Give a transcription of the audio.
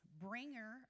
bringer